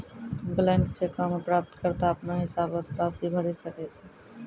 blank चेको मे प्राप्तकर्ता अपनो हिसाबो से राशि भरि सकै छै